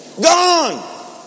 Gone